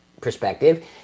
perspective